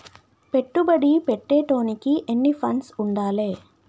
పెట్టుబడి పెట్టేటోనికి ఎన్ని ఫండ్స్ ఉండాలే?